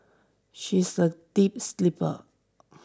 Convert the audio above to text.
she is a deep sleeper